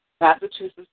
Massachusetts